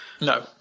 no